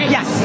Yes